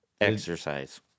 Exercise